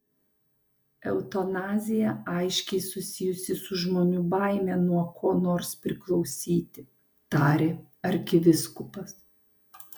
eutanazija aiškiai susijusi su žmonių baime nuo ko nors priklausyti tarė arkivyskupas